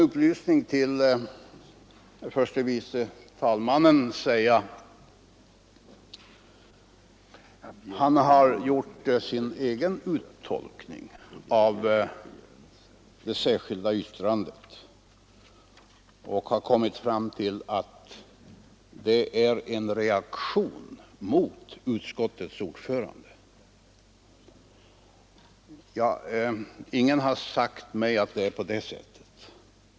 Herr förste vice talmannen har gjort sin egen uttolkning av det särskilda yttrandet och har kommit fram till att det är en reaktion mot utskottets ordförande. Ingen har sagt till mig att det är på det sättet.